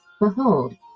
behold